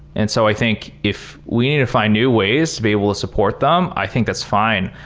and so i think if we need to find new ways to be able to support them, i think that's fine.